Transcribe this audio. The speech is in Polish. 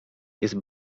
jest